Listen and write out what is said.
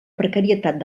precarietat